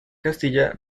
castilla